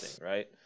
right